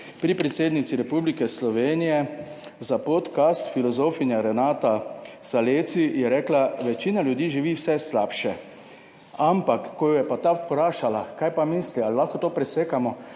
pri predsednici Republike Slovenije za podkast filozofinja Renata Salecl, ki je rekla: "Večina ljudi živi vse slabše. " Ampak, ko jo je pa ta vprašala, kaj pa misli, ali lahko to presekamo,